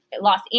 Los